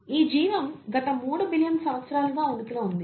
ఈ జీవం గత 3 బిలియన్ సంవత్సరాలుగా ఉనికిలో ఉంది